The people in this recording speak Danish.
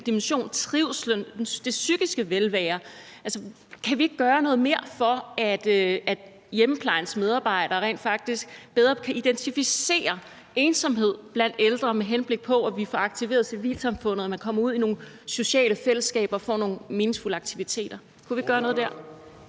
dimension, altså trivslen og det psykiske velvære. Kan vi ikke gøre noget mere for, at hjemmeplejens medarbejdere rent faktisk bedre kan identificere ensomhed blandt ældre, med henblik på at vi får aktiveret civilsamfundet, så man kommer ud i nogle sociale fællesskaber og får nogle meningsfulde aktiviteter? Kunne vi ikke gøre noget der?